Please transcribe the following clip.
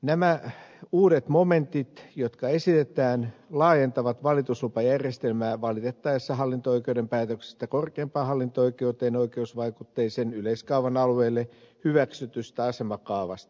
nämä uudet momentit jotka esitetään laajentavat valituslupajärjestelmää valitettaessa hallinto oikeuden päätöksestä korkeimpaan hallinto oikeuteen oikeusvaikutteisen yleiskaavan alueelle hyväksytystä asemakaavasta